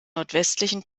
nordwestlichen